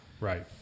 Right